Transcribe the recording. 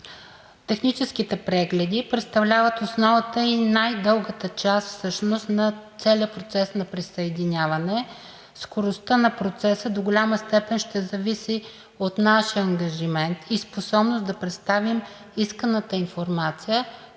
Техническите прегледи представляват основата и най-дългата част всъщност на целия процес на присъединяване. Скоростта на процеса до голяма степен ще зависи от нашия ангажимент и способност да представим исканата информация,